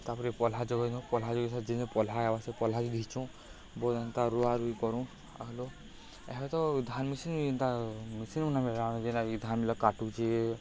ତା'ପରେ ପଲ୍ହା ଯୋଗେଇ ଦଉ ପଲ୍ହା ଯୋଗେଇ ସାର୍ଲେ ଯେନ୍ ଦିନ ପଲ୍ହା ଆଏବା ସେ ପହ୍ଲା ଘିଚୁ ଯେନ୍ତା ରୁଆ ରୁଇ କରୁ ଆରୁ ଏ ତ ଧାନ ମେସିନ୍ ଯେନ୍ତା ମେସିନ୍ ମିଲ୍ଲାନ ଯେନ୍ତା କି ଧାନ୍ ମାନେ କାଟୁଛେ